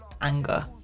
anger